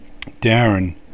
Darren